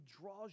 draws